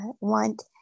want